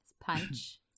Punch